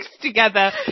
together